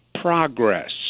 progress